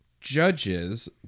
judges